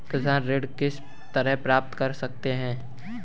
किसान ऋण किस तरह प्राप्त कर सकते हैं?